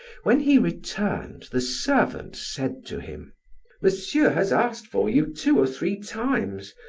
when he returned the servant said to him monsieur has asked for you two or three times.